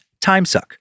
timesuck